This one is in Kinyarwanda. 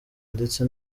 ndetse